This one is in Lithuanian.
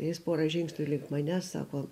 jis porą žingsnių link mane sako